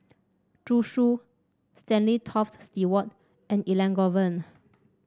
Zhu Xu Stanley Toft Stewart and Elangovan